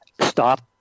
stop